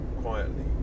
quietly